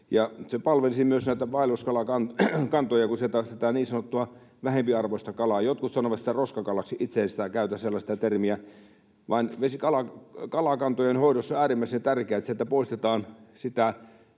Se palvelisi myös näitä vaelluskalakantoja, kun sieltä poistettaisiin tätä niin sanottua vähempiarvoista kalaa — jotkut sanovat sitä roskakalaksi, itse en käytä sellaista termiä. On kalakantojen hoidossa äärimmäisen tärkeää, että sieltä poistetaan sitä